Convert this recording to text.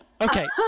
Okay